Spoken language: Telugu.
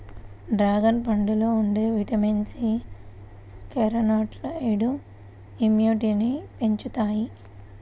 డ్రాగన్ పండులో ఉండే విటమిన్ సి, కెరోటినాయిడ్లు ఇమ్యునిటీని పెంచుతాయి